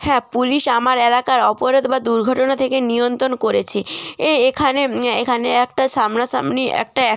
হ্যাঁ পুলিশ আমার এলাকার অপরাধ বা দুর্ঘটনা থেকে নিয়ন্ত্রণ করেছে এ এখানে এখানে একটা সামনা সামনি একটা